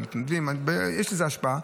יש לזה השפעה.